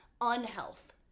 unhealth